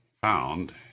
found